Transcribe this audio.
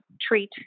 treat